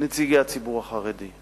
לנציגי הציבור החרדי,